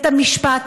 בית המשפט,